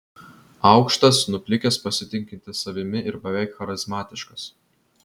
aukštas nuplikęs pasitikintis savimi ir beveik charizmatiškas